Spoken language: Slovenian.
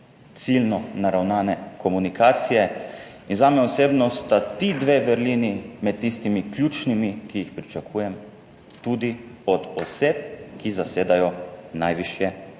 ciljno naravnane komunikacije in zame osebno sta ti dve vrlini med tistimi ključnimi, ki jih pričakujem tudi od oseb, ki zasedajo najvišje